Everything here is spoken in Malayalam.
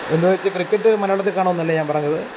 എന്നുവെച്ച് ക്രിക്കറ്റ് മലയാളത്തിൽ കാണുമെന്നല്ല ഞാൻ പറഞ്ഞത്